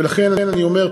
ולכן אני אומר,